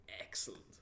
Excellent